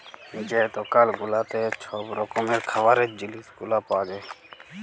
যে দকাল গুলাতে ছব রকমের খাবারের জিলিস গুলা পাউয়া যায়